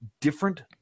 different